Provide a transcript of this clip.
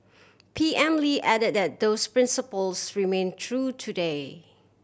P M Lee added that those principles remain true today